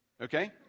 Okay